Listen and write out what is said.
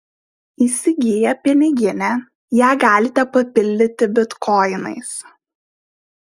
įsigiję piniginę ją galite papildyti bitkoinais